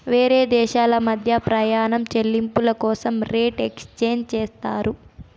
వేరే దేశాల మధ్య ప్రయాణం చెల్లింపుల కోసం రేట్ ఎక్స్చేంజ్ చేస్తారు